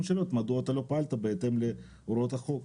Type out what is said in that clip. שאלות: מדוע אתה לא פעלת בהתאם להוראות החוק?